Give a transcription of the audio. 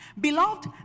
Beloved